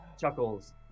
chuckles